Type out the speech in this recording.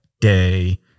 day